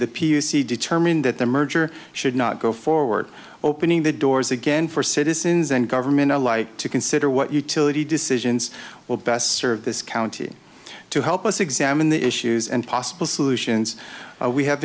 the p u c determine that the merger should not go forward opening the doors again for citizens and government alike to consider what utility decisions will best serve this county to help us examine the issues and possible solutions we have